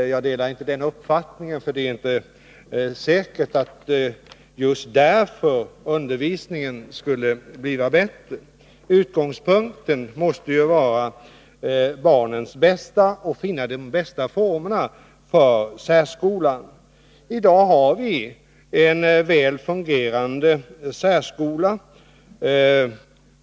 Jag delar inte den uppfattningen, för det är inte säkert att undervisningen just därför skulle bli bättre. Utgångspunkten måste ju vara barnens bästa och att finna de bästa formerna för särskolan. I dag har vi en väl fungerande särskola.